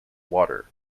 water